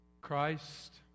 Christ